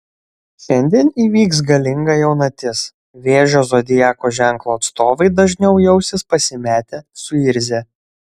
šiandien įvyks galinga jaunatis vėžio zodiako ženklo atstovai dažniau jausis pasimetę suirzę